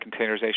containerization